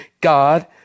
God